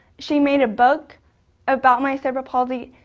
she made a book about my cerebral palsy.